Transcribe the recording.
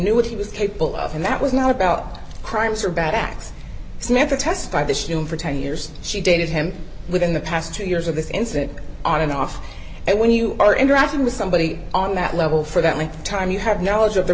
knew what he was capable of and that was not about crimes or bad acts samantha test by this young for ten years she dated him within the past two years of this incident on and off and when you are interacting with somebody on that level for that length of time you have no knowledge of their